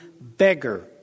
beggar